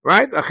Right